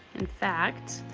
in fact,